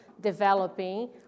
developing